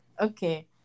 okay